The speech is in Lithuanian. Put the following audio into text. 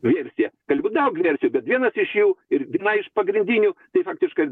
versija gali būt daug versijų bet vienas iš jų ir viena iš pagrindinių tai faktiškai